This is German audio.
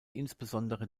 insbesondere